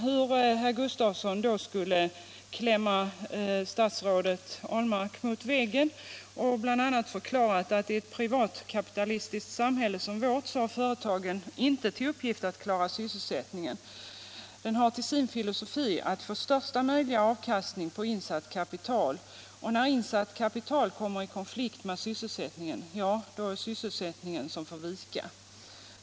Herr Gustafsson skulle då ställa statsrådet Ahlmark mot väggen och förklarade bl.a.: ”I ett privatkapitalistiskt samhälle som vårt har företagen inte till uppgift att klara sysselsättningen: De har till sin filosofi att få största möjliga avkastning på insatt kapital. Och när insatt kapital kommer i konflikt med sysselsättningen, ja då är det sysselsättningen som får vika.